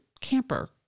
camper